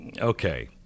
Okay